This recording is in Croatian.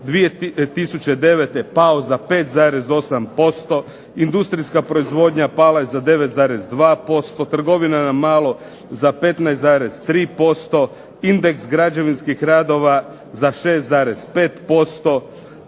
2009. pao za 5,8%, industrijska proizvodnja pala za 9,2%, trgovina na malo za 15,3%, indeks građevinskih radova za 6,5%,